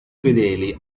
fedeli